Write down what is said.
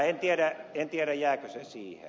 en tiedä jääkö se siihen